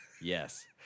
Yes